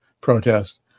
protest